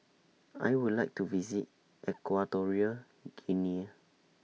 I Would like to visit Equatorial Guinea